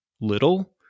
little